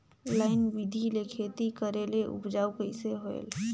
Line बिधी ले खेती करेले उपजाऊ कइसे होयल?